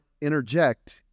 interject